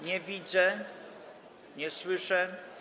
Nie widzę, nie słyszę.